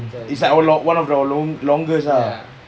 is like our one of our longest ah